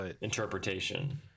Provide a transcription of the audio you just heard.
interpretation